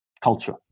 culture